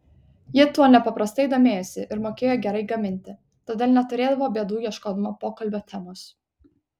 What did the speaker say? ji tuo nepaprastai domėjosi ir mokėjo gerai gaminti todėl neturėdavo bėdų ieškodama pokalbio temos